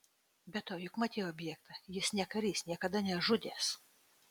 be to juk matei objektą jis ne karys niekada nežudęs